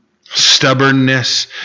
Stubbornness